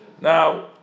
Now